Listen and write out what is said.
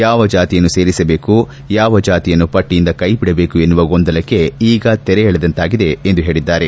ಯಾವ ಜಾತಿಯನ್ನು ಸೇರಿಸಬೇಕು ಯಾವ ಜಾತಿಯನ್ನು ಪಟ್ಟಿಯಿಂದ ಕೈ ಬಿಡಬೇಕು ಎನ್ನುವ ಗೊಂದಲಕ್ಕೆ ಈಗ ತೆರೆ ಎಳೆದಂತಾಗಿದೆ ಎಂದು ಹೇಳಿದ್ದಾರೆ